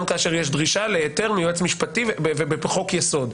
גם כאשר יש דרישה להיתר מיועץ משפטי ובחוק יסוד.